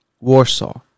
Warsaw